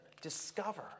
discover